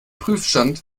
prüfstand